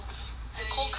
the cold kind [one] right